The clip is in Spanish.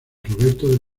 roberto